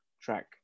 track